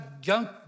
junk